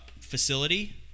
facility